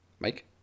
Mike